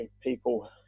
people